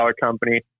company